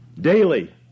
Daily